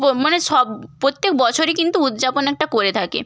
মানে সব প্রত্যেক বছরই কিন্তু উদযাপন একটা করে থাকে